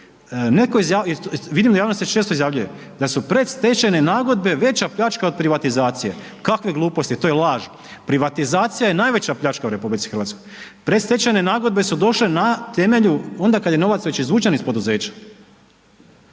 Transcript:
vidim da u javnosti često izjavljuje da su predstečajne nagodbe veća pljačka od privatizacije, kakve gluposti, to je laž. Privatizacija je najveća pljačka u RH, predstečajne nagodbe su došle na temelju onda kad je novac već izvučen iz poduzeća,